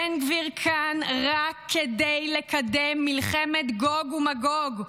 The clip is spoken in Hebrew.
בן גביר כאן רק כדי לקדם מלחמת גוג ומגוג,